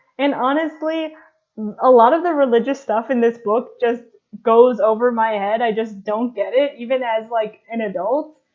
and honestly a lot of the religious stuff in this book just goes over my head. i just don't get it even as like an adult,